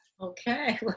Okay